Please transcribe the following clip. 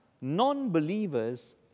non-believers